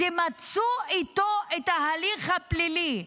תמצו איתו את ההליך הפלילי.